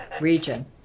region